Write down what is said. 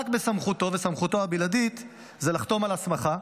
רק בסמכותו ובסמכותו הבלעדית זה לחתום על הסמכה,